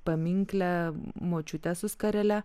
paminkle močiutę su skarele